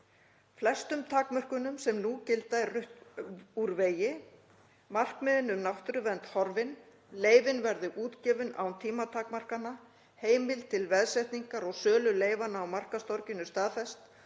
Flestum takmörkunum sem nú gilda er rutt úr vegi, markmiðin um náttúruvernd horfin, leyfin verði útgefin án tímatakmarkana, heimild til veðsetningar og sölu leyfanna á markaðstorginu staðfest og